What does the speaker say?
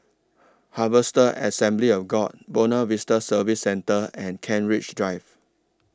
Harvester Assembly of God Buona Vista Service Centre and Kent Ridge Drive